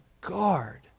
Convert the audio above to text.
guard